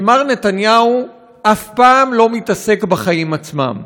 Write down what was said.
שמר נתניהו אף פעם לא מתעסק בחיים עצמם,